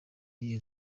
yihe